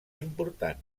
important